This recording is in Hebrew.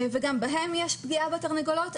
וגם בהם יש פגיעה בתרנגולות,